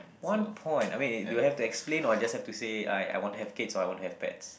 one point I mean do I have to explain or I just have to say I I want to have kids or I want to have pets